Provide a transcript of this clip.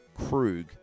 Krug